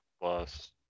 plus